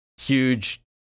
huge